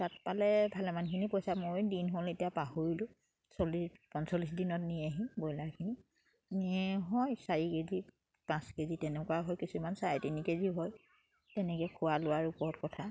তাত পালে ভালেমানখিনি পইচা ময়ো দিন হ'ল এতিয়া পাহৰিলোঁ চল্লিছ পঞ্চল্লিছ দিনত নিয়েহি ব্ৰইলাৰখিনি নিয়ে হয় চাৰি কেজি পাঁচ কেজি তেনেকুৱা হয় কিছুমান চাৰে তিনি কেজি হয় তেনেকে খোৱা লোৱাৰ ওপৰত কথা